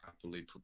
properly